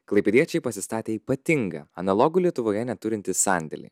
klaipėdiečiai pasistatė ypatingą analogų lietuvoje neturintį sandėlį